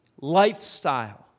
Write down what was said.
lifestyle